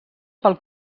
pel